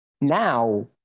now